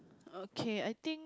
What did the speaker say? okay I think